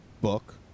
book